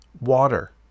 Water